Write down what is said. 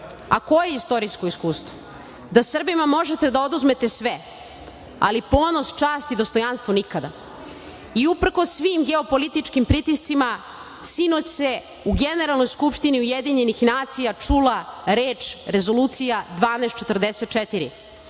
a koje istorijsko iskustvo? Da Srbima možete da oduzmete sve, ali ponos, čast i dostojanstvo nikada. I uprkos svim geopolitičkim pritiscima sinoć se u Generalnoj skupštini UN čula reč Rezolucija 1244.